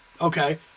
Okay